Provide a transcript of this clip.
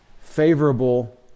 favorable